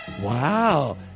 Wow